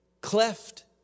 cleft